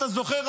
אתה זוכר,